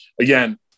again